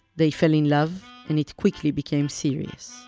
they fell in love and it quickly became serious